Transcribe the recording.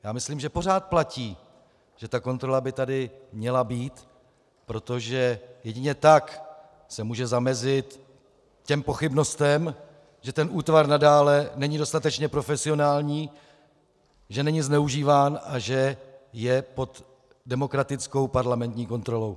Já myslím, že pořád platí, že kontrola by tady měla být, protože jedině tak se může zamezit pochybnostem, že ten útvar nadále není dostatečně profesionální, že není zneužíván a že je pod demokratickou parlamentní kontrolou.